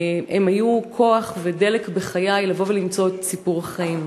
היו כוח ודלק בחיי, לבוא ולמצוא את סיפור החיים,